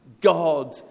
God